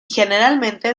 generalmente